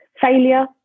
failure